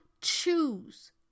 choose